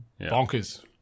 bonkers